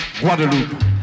Guadeloupe